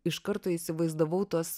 iš karto įsivaizdavau tuos